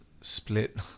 split